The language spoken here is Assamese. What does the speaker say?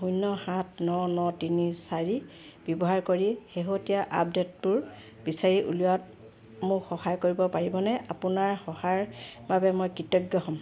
শূন্য সাত ন ন তিনি চাৰি ব্যৱহাৰ কৰি শেহতীয়া আপডে'টবোৰ বিচাৰি উলিওৱাত মোক সহায় কৰিব পাৰিবনে আপোনাৰ সহায়ৰ বাবে মই কৃতজ্ঞ হ'ম